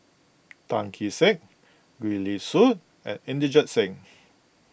Tan Kee Sek Gwee Li Sui and Inderjit Singh